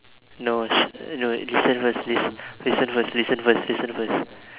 no sh~ no listen first listen listen first listen first listen first